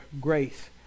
grace